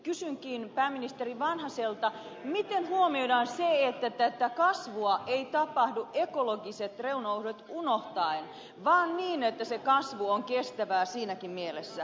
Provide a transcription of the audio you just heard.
kysynkin pääministeri vanhaselta miten huomioidaan se että tämä kasvu ei tapahdu ekologiset reunaehdot unohtaen vaan niin että se kasvu on kestävää siinäkin mielessä